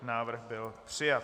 Návrh byl přijat.